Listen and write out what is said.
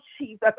Jesus